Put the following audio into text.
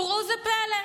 וראו זה פלא,